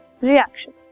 reactions